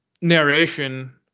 narration